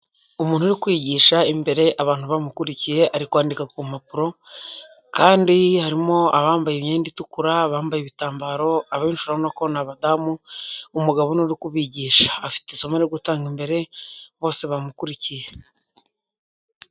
Umuntu uri kwigisha imbere abantu bamukurikiye ari kwandika ku mpapuro kandi harimo abambaye imyenda itukura, abambaye ibitambaro, abenshi urabonako ni abadamu, umugabo ni we uri kubigisha, afite isomo ari gutanga imbere bose bamukurikiye.